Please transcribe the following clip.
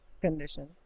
condition